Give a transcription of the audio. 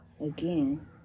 again